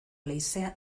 leizea